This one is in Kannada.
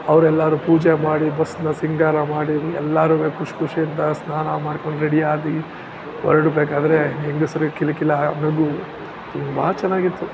ಅವರೆಲ್ಲರೂ ಪೂಜೆ ಮಾಡಿ ಬಸ್ಸನ್ನ ಸಿಂಗಾರ ಮಾಡಿ ಎಲ್ಲರೂ ಖುಷಿ ಖುಷಿಯಿಂದ ಸ್ನಾನ ಮಾಡ್ಕೊಂಡು ರೆಡಿಯಾಗಿ ಹೊರಡ್ಬೇಕಾದ್ರೆ ಹೆಂಗಸರು ಕಿಲ ಕಿಲ ನಗು ತುಂಬ ಚೆನ್ನಾಗಿತ್ತು